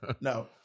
No